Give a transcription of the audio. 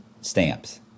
Stamps